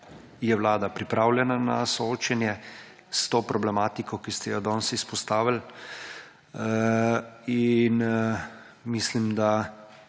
je vlada pripravljena na soočenje s to problematiko, ki ste jo danes izpostavili. Mislim, da